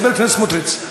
חבר הכנסת סמוטריץ,